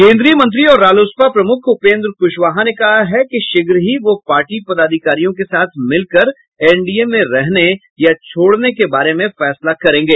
केंद्रीय मंत्री और रालोसपा प्रमुख उपेंद्र कुशवाहा ने कहा है कि शीघ्र ही वो पार्टी पदाधिकारियों के साथ मिलकर एनडीए में रहने या छोड़ने के बारे में फैसला करेंगे